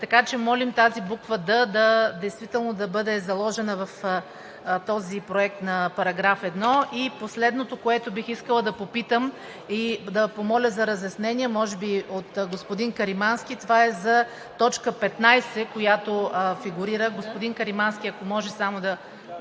така че молим тази буква „д“ действително да бъде заложена в този проект на § 1. Последното, което бих искала да попитам и да помоля за разяснение, може би от господин Каримански, това е за т. 15, която фигурира. Господин Каримански, ако може само…